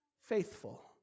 faithful